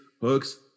hooks